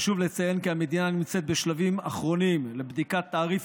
חשוב לציין כי המדינה נמצאת בשלבים אחרונים לבדיקת תעריף